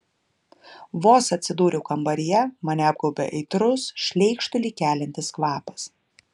vos atsidūriau kambaryje mane apgaubė aitrus šleikštulį keliantis kvapas